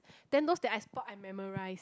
then those that I spot I memorize